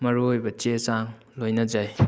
ꯃꯔꯨ ꯑꯣꯏꯕ ꯆꯦ ꯆꯥꯡ ꯂꯣꯏꯅꯖꯩ